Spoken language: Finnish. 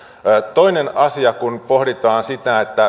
toinen asia kun pohditaan